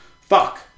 fuck